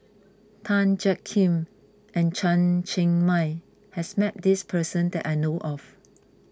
Tan Jiak Kim and Chen Cheng Mei has met this person that I know of